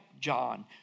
John